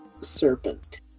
serpent